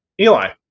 Eli